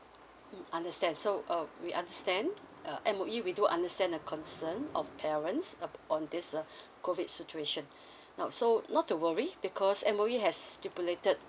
mm understand so uh we understand uh M_O_E we do understand the concern of parents uh on this uh COVID situation now so not to worry because M_O_E has stipulated